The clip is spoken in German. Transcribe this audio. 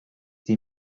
die